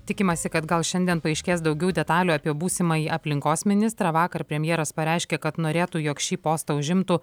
tikimasi kad gal šiandien paaiškės daugiau detalių apie būsimąjį aplinkos ministrą vakar premjeras pareiškė kad norėtų jog šį postą užimtų